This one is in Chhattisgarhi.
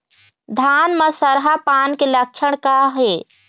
धान म सरहा पान के लक्षण का हे?